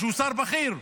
שהוא שר בכיר,